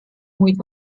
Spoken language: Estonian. muid